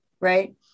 right